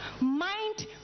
Mind